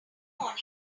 morning